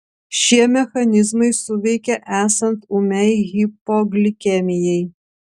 šie mechanizmai suveikia esant ūmiai hipoglikemijai